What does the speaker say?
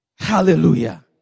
Hallelujah